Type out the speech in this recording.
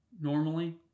Normally